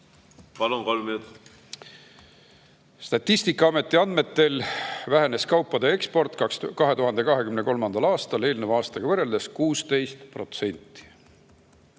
Aitäh! "Statistikaameti andmetel vähenes kaupade eksport 2023. aastal eelneva aastaga võrreldes 16